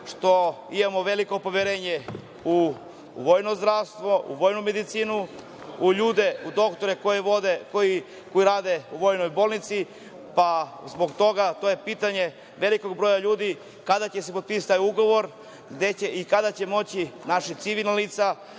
što imamo veliko poverenje u vojno zdravstvo, u vojnu medicinu, u ljude, u doktore koji rade u Vojnoj bolnici, zbog toga je. To je pitanje velikog broja ljudi – kada će se potpisati taj ugovor? Gde će i kada će moći naša civilna